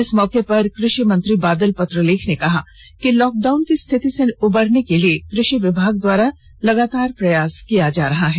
इस मौके पर कृषि मंत्री बादल पत्रलेख ने कहा कि लॉक डाउन की स्थिति से उबरने के लिए कृषि विभाग द्वारा लगातार प्रयास कर रहा है